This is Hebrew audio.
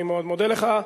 אני מאוד מודה לך.